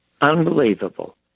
Unbelievable